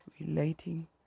relating